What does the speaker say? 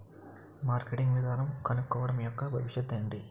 Marketing విధానం కనుక్కోవడం యెక్క భవిష్యత్ ఏంటి?